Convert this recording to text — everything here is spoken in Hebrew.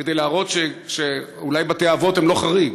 כדי להראות שאולי בתי-האבות הם לא חריג.